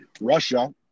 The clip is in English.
Russia